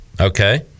Okay